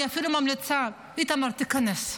אני אפילו ממליצה: איתמר, תיכנס,